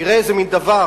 תראה איזה מין דבר,